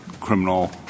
Criminal